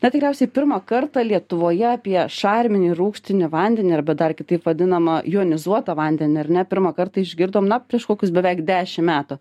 na tikriausiai pirmą kartą lietuvoje apie šarminį rūgštinį vandenį arba dar kitaip vadinamą jonizuotą vandenį ar ne pirmą kartą išgirdom na prieš kokius beveik dešim metų